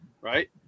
right